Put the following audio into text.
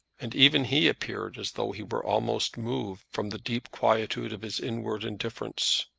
and even he appeared as though he were almost moved from the deep quietude of his inward indifference.